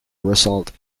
result